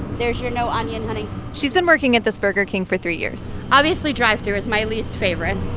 there's your no onion, honey she's been working at this burger king for three years obviously, drive-through is my least favorite.